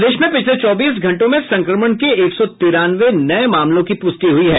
प्रदेश में पिछले चौबीस घंटों में संक्रमण के एक सौ तिरानवे नये मामलों की पुष्टि हुई है